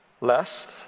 lest